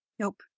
Nope